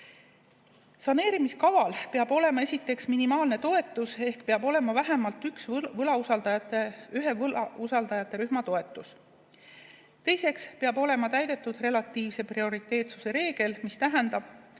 Saneerimiskavas peab olema esiteks minimaalne toetus ehk peab olema vähemalt ühe võlausaldajate rühma toetus. Teiseks peab olema täidetud relatiivse prioriteetsuse reegel, mis tähendab,